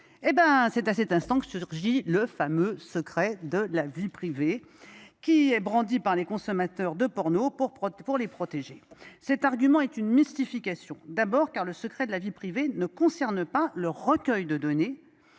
C’est à cet instant que surgit le fameux secret de la vie privée, brandi par les consommateurs de porno pour se protéger. Cet argument est une mystification. Tout d’abord, le secret de la vie privée concerne non pas le recueil de données,